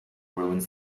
ruins